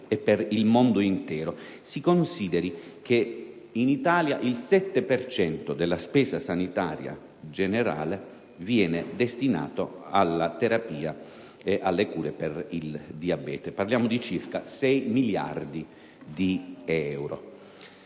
e per il mondo intero. Si consideri che in Italia il 7 per cento della spesa sanitaria generale viene destinato alla terapia e alle cure per il diabete, e parliamo di circa 6 miliardi di euro.